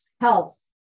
health